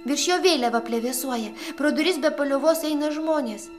virš jo vėliava plevėsuoja pro duris be paliovos eina žmonės